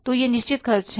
तो ये निश्चित खर्च हैं